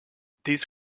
these